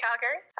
Calgary